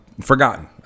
forgotten